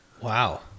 Wow